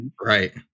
Right